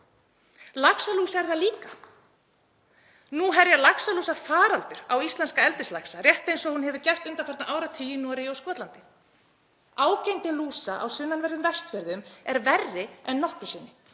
Laxalús er það líka. Nú herjar laxalúsafaraldur á íslenskan eldislax rétt eins og hún hefur gert undanfarna áratugi í Noregi og Skotlandi. Ágengni lúsar á sunnanverðum Vestfjörðum er verri en nokkru sinni.